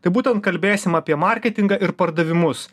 tai būtent kalbėsim apie marketingą ir pardavimus